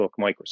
Microsoft